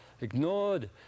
ignored